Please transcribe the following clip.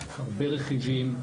הרבה רכיבים,